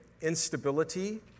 instability